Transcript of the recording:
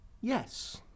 Yes